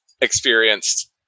experienced